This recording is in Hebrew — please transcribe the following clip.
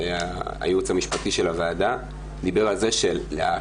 הייעוץ המשפטי של הוועדה דיבר על כך שלאחר